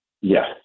Yes